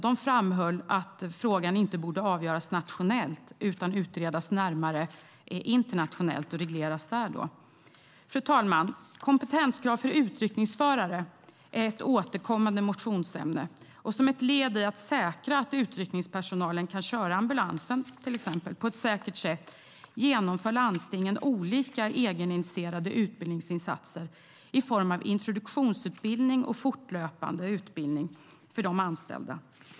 Det framhöll att frågan inte borde avgöras nationellt utan utredas närmare internationellt och regleras där. Fru talman! Kompetenskrav för utryckningsförare är ett återkommande motionsämne. Som ett led i att säkra att utryckningspersonalen kan köra till exempel ambulansen på ett säkert sätt genomför landstingen olika egeninitierade utbildningsinsatser i form av introduktionsutbildning och fortlöpande utbildning för de anställda.